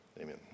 amen